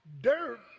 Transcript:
dirt